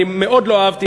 אני מאוד לא אהבתי,